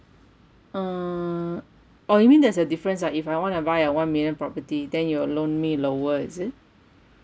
err or you mean there's a difference ah if I want to buy a one million property then you'll loan me lower is it